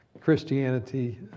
Christianity